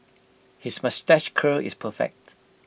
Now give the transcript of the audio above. his moustache curl is perfect